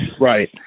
Right